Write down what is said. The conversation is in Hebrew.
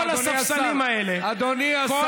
אני מעולם, כל הספסלים האלה, אדוני, אדוני השר.